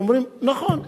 הם אומרים: נכון,